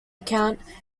account